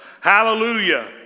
Hallelujah